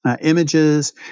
images